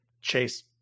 chase